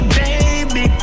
baby